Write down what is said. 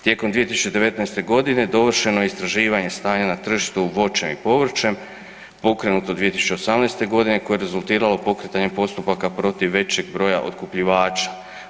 Tijekom 2019. g. dovršeno je istraživanje stanja na tržištu voćem i povrćem pokrenuto 2018. g. koje je rezultiralo pokretanje postupaka protiv većeg broja otkupljivača.